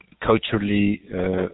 culturally